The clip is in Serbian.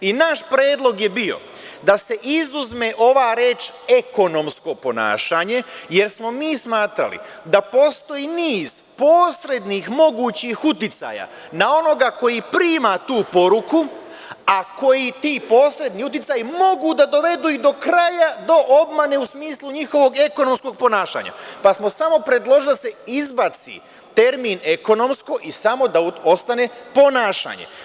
Naš predlog je bio da se izuzme ova reč „ekonomsko ponašanje“, jer smo mi smatrali da postoji niz posrednih mogućih uticaja na onoga koji prima tu poruku, a gde ti posredni uticaji mogu da dovedu i do kraja, do obmane u smislu njihovog ekonomskog ponašanja, pa smo samo predložili da se izbaci termin „ekonomsko“ i samo da ostane „ponašanje“